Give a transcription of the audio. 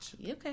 Okay